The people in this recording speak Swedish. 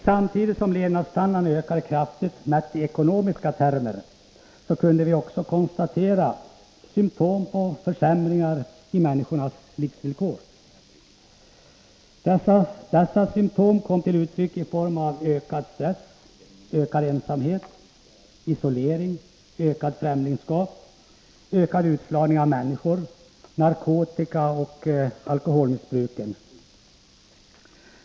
Samtidigt som levnadsstandarden ökade kraftigt mätt i ekonomiska termer kunde vi också konstatera symtom på försämringar i människors livsvillkor. Dessa symtom kom till uttryck i form av ökad stress, ökad ensamhet och isolering, ökat främlingskap, ökad utslagning av människor, narkotikaoch alkoholmissbruk.